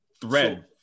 thread